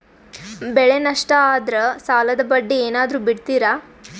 ಬೆಳೆ ನಷ್ಟ ಆದ್ರ ಸಾಲದ ಬಡ್ಡಿ ಏನಾದ್ರು ಬಿಡ್ತಿರಾ?